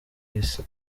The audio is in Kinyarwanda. isi